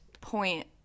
point